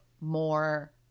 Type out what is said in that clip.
more